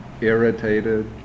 irritated